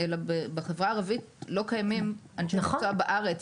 בחברה הערבית לא קיימים אנשי מקצוע בארץ.